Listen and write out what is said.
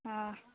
हँ